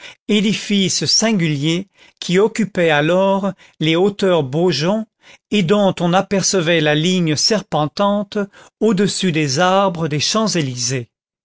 édifice singulier qui occupait alors les hauteurs beaujon et dont on apercevait la ligne serpentante au-dessus des arbres des champs-élysées